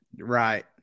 right